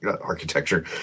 architecture